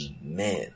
man